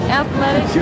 athletic